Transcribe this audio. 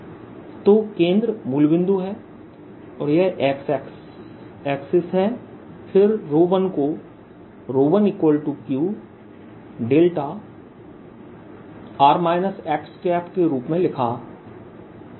तो केंद्र मूलबिंदु है और यह x दिशा है फिर 1को 1Q δ के रूप में लिख सकता हूं